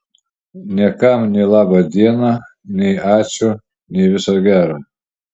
niekam nei laba diena nei ačiū nei viso gero